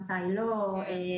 מתי לא,